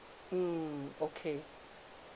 mm okay